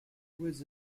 woods